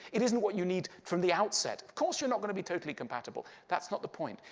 it isn't what you need from the outset. of course, you're not going to be totally compatible. that's not the point.